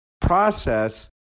process